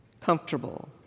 comfortable